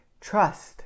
trust